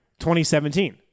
2017